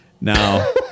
Now